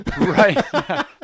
Right